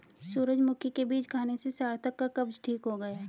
सूरजमुखी के बीज खाने से सार्थक का कब्ज ठीक हो गया